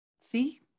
see